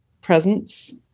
presence